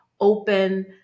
open